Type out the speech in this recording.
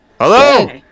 Hello